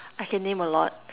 I can name a lot